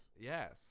Yes